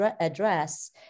address